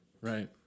Right